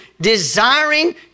desiring